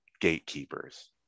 gatekeepers